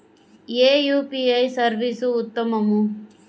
ఏ UPI service ఉత్తమము?